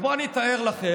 אז בואו אני אתאר לכם.